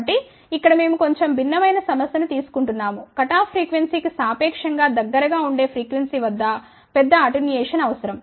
కాబట్టి ఇక్కడ మేము కొంచెం భిన్నమైన సమస్య ను తీసుకుంటున్నాము కట్ ఆఫ్ ఫ్రీక్వెన్సీ కి సాపేక్షం గా దగ్గరగా ఉండే ఫ్రీక్వెన్సీ వద్ద పెద్ద అటెన్యుయేషన్ అవసరం